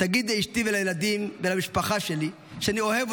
תגיד לאשתי ולילדים ולמשפחה שלי שאני אוהב